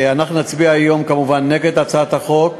אנחנו נצביע היום כמובן נגד הצעת החוק,